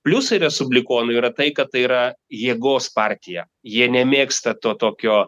pliusai respublikonų yra tai kad tai yra jėgos partija jie nemėgsta to tokio